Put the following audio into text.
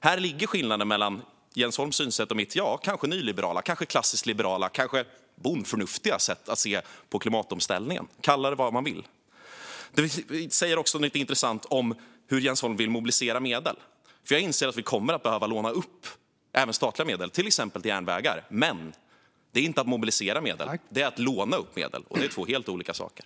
Här ligger skillnaden mellan Jens Holms synsätt och mitt sätt att se på klimatomställningen - som kanske är nyliberalt, kanske klassiskt liberalt eller kanske bondförnuftigt. Man kan kalla det vad man vill. Detta säger också något intressant om hur Jens Holm vill mobilisera medel, för jag inser att vi kommer att behöva låna upp även statliga medel exempelvis till järnvägar. Men det är inte att mobilisera medel, utan det är att låna upp medel. Det är två helt olika saker.